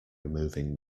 removing